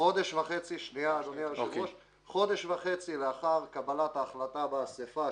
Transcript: חודש וחצי לאחר קבלת ההחלטה באספה,